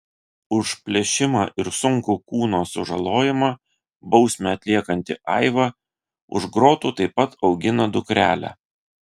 už plėšimą ir sunkų kūno sužalojimą bausmę atliekanti aiva už grotų taip pat augina dukrelę